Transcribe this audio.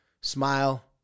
smile